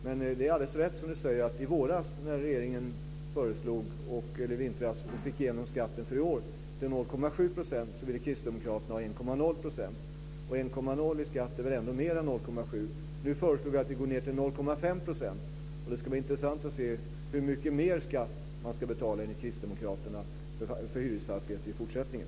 Men det är helt riktigt, som Mats Odell säger, att när regeringen i vintras föreslog och fick igenom skatten för i år till 0,7 % ville kristdemokraterna ha 1,0 %. 1,0 % i skatt är väl mer än 0,7 %. Nu föreslår vi att den går ned till 0,5 %, och det ska bli intressant att se hur mycket mer skatt kristdemokraterna anser att man ska betala för hyresfastigheter i fortsättningen.